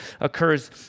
occurs